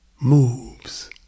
moves